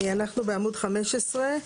אנחנו בעמוד 15,